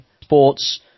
Sports